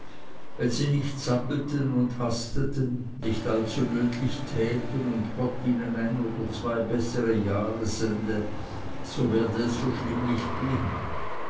wenn sie nicht zappelten und hasteten nicht allzu nötlich täten und gott ihnen ein oder zwei bessere jahre sende so werde es so schlimm nicht gehen